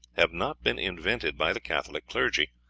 have not been invented by the catholic clergy,